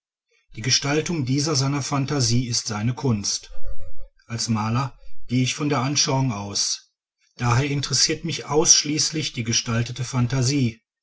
die gestaltung dieser seiner phantasie ist seine kunst als maler gehe ich von der anschauung aus daher interessiert mich ausschließlich die gestaltende phantasie